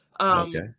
Okay